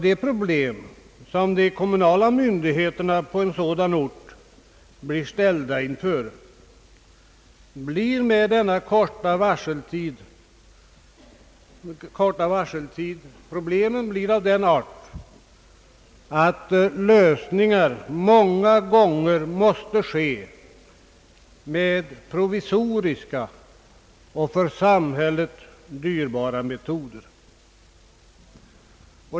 De problem som de kommunala myndigheterna på en sådan ort blir ställda inför blir genom denna korta varseltid av den art att de många gånger måste lösas med provisoriska och för samhället dyrbara metoder.